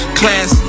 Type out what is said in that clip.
class